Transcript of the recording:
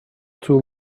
too